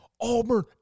Auburn